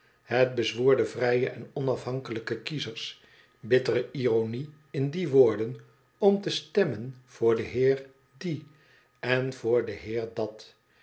het bezwoer de vrije en onafhankelijke kiezers bittere ironie in die woorden om te stemmen voor den heer die en voor den heer dat